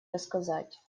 рассказать